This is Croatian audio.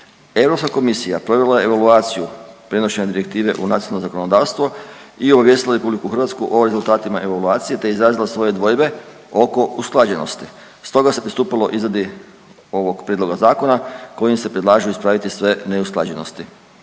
profesiji. EK provela je evaluaciju prenošenja direktive u nacionalno zakonodavstvo i obavijestila RH o rezultatima evaluacije te izrazila svoje dvojbe oko usklađenosti. Stoga se pristupilo izradi ovog Prijedloga zakona kojim se predlažu ispraviti sve neusklađenosti.